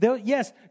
Yes